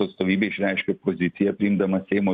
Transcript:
atstovybė išreiškė poziciją priimdama seimo